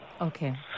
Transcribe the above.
Okay